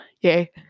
Yay